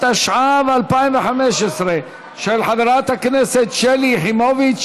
התשע"ו 2015, של חברת הכנסת שלי יחימוביץ